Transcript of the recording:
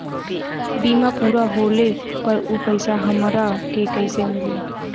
बीमा पूरा होले पर उ पैसा हमरा के कईसे मिली?